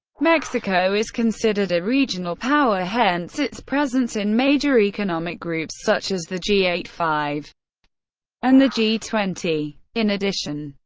mexico is considered a regional power hence its presence in major economic groups such as the g eight five and the g twenty. in addition,